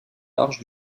large